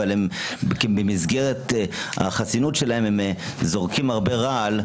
אבל במסגרת החסינות שלהם הם זורקים הרבה רעל,